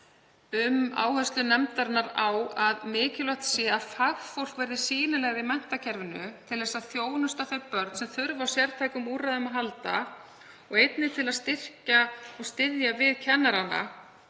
um áherslu nefndarinnar á að mikilvægt sé að fagfólk verði sýnilegra í menntakerfinu til að þjónusta þau börn sem þurfa á sértækum úrræðum að halda og einnig til að styrkja og styðja við kennarana